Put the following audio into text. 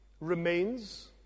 remains